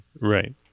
Right